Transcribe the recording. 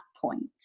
point